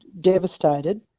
devastated